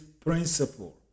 principle